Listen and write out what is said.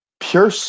pure